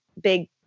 big